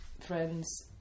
friends